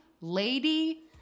lady